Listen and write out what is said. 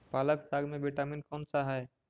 पालक साग में विटामिन कौन सा है?